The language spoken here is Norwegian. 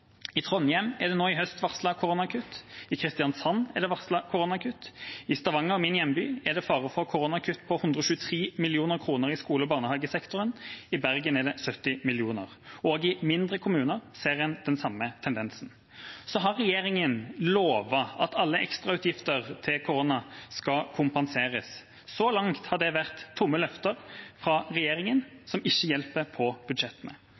I Trondheim er det nå i høst varslet koronakutt, i Kristiansand er det varslet koronakutt, i Stavanger, min hjemby, er det fare for koronakutt på 123 mill. kr i skole- og barnehagesektoren, i Bergen 70 mill. kr, og i mindre kommuner ser vi den samme tendensen. Regjeringa har lovet at alle ekstrautgifter til korona skal kompenseres. Så langt har det vært tomme løfter fra regjeringa som ikke hjelper på budsjettene.